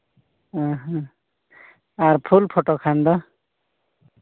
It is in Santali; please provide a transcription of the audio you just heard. ᱦᱮᱸ ᱦᱮᱸ ᱟᱨ ᱯᱷᱩᱞ ᱯᱷᱳᱴᱳ ᱠᱷᱟᱱ ᱫᱚ